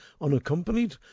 Unaccompanied